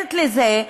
מתנגדת לזה,